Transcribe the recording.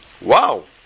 Wow